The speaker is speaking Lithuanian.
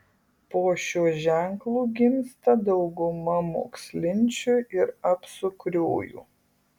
po šiuo ženklu gimsta dauguma mokslinčių ir apsukriųjų